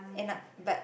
end up but